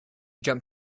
jump